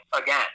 again